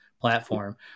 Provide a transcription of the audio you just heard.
platform